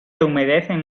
humedecen